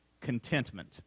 contentment